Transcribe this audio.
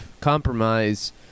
compromise